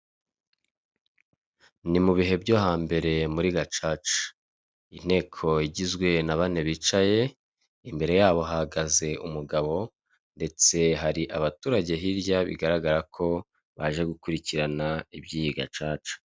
Ni mu bihe byo hambere, muri gacaca. Inteko igizwe na bane bicaye, imbere yabo hahagaze umugabo ndetse hari abaturage hirya, bigaragara ko baje gukurikirana iby'iyi gacaca.